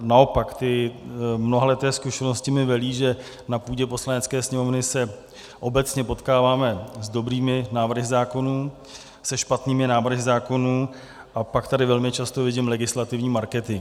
Naopak ty mnohaleté zkušenosti mi velí, že na půdě Poslanecké sněmovny se obecně potkáváme s dobrými návrhy zákony zákonů, se špatnými návrhy zákonů a pak tady velmi často vidím legislativní marketing.